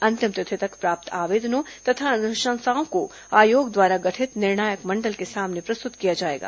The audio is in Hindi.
अंतिम तिथि तक प्राप्त आवेदनों तथा अनुशंसाओं को आयोग द्वारा गठित निर्णायक मण्डल के सामने प्रस्तुत किया जाएगा